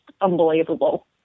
unbelievable